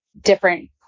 different